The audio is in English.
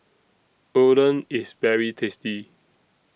Oden IS very tasty